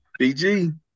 BG